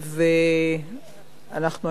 אנחנו היום,